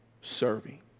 serving